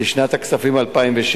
לשנת הכספים 2006),